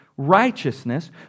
righteousness